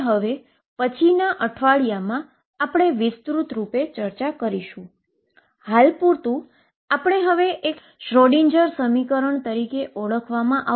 આ એનર્જી એ eigen energy તરીકે ઓળખાય છે